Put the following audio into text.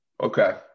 Okay